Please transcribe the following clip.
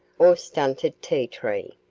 or stunted tea-tree.